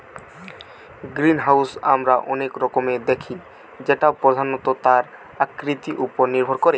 greenhouse আমরা অনেক রকমের দেখি যেটা প্রধানত তার আকৃতি উপর নির্ভর করে